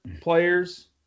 players